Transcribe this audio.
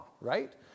right